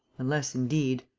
unless indeed!